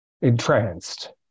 entranced